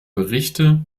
berichte